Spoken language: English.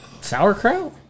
sauerkraut